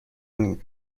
اون